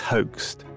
Hoaxed